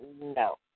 no